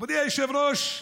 מכובדי היושב-ראש,